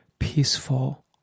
peaceful